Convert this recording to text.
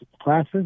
classes